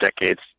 decades